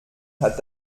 hat